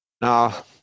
Now